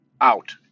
out